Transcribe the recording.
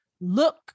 look